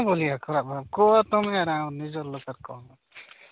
କିଏ କ'ଣ ବୋଲିଆ ଖରାପ କୁହ ଆ ତମେ ତ ଆଉ ନିଜର ଲୋକର କ'ଣ